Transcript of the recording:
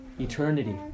Eternity